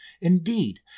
Indeed